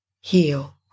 heal